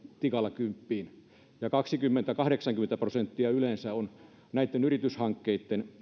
tikalla kymppiin kaksikymmentä viiva kahdeksankymmentä prosenttia se on yleensä näissä yrityshankkeissakin